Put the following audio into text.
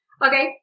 Okay